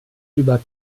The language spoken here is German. über